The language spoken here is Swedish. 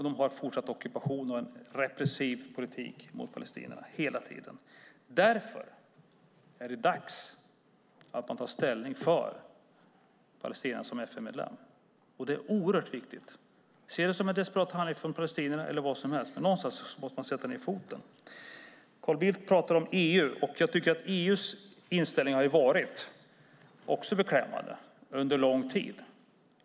De har fortsatt med ockupationen och en repressiv politik mot palestinierna hela tiden. Därför är det dags att man tar ställning för Palestina som FN-medlem. Det är oerhört viktigt. Se det som en desperat handling från palestinierna eller vad som helst, men någonstans måste man sätta ned foten. Carl Bildt pratar om EU. Jag tycker att EU:s inställning också har varit beklämmande under lång tid.